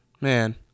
man